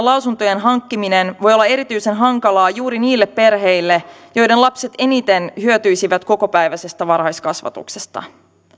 lausuntojen hankkiminen voi olla erityisen hankalaa juuri niille perheille joiden lapset eniten hyötyisivät kokopäiväisestä varhaiskasvatuksesta